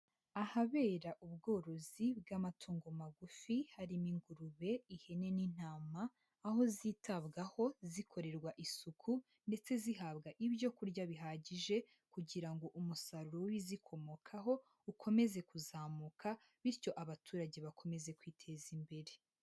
Ahabera ubworozi bw'amatungo magufi, harimo ingurube, ihene n'intama, aho zitabwaho zikorerwa isuku, ndetse zihabwa ibyo kurya bihagije, kugira ngo umusaruro w'ibizikomokaho ukomeze kuzamuka, bityo abaturage bakomeze kwiteza imbere.